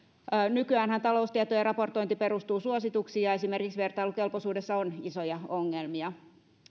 nykyäänhän taloustietojen raportointi perustuu suosituksiin ja esimerkiksi vertailukelpoisuudessa on isoja ongelmia